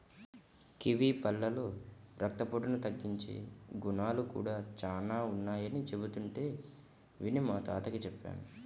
kiwi పళ్ళలో రక్తపోటును తగ్గించే గుణాలు కూడా చానా ఉన్నయ్యని చెబుతుంటే విని మా తాతకి చెప్పాను